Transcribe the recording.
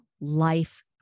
life